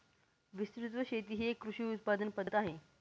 विस्तृत शेती ही एक कृषी उत्पादन पद्धत आहे